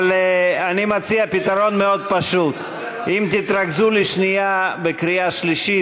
אבל אני מציע פתרון מאוד פשוט: אם תתרכזו לשנייה בקריאה שלישית,